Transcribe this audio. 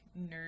nerd